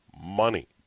money